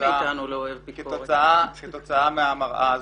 כתוצאה מהמראה.